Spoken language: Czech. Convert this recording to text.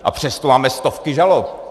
A přesto máme stovky žalob.